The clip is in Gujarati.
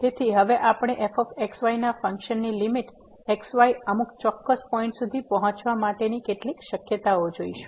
તેથી હવે આપણે f x y ના ફંક્શન ની લીમીટ x y અમુક ચોક્કસ પોઈન્ટ સુધી પહોંચવા માટેની કેટલીક શક્યતાઓ શોધીશું